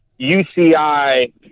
UCI